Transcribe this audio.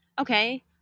Okay